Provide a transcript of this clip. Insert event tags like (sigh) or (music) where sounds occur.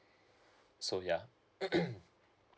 so yeah (coughs)